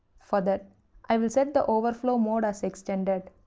for that i will set the overflowmode as extended.